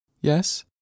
Yes